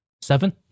Seven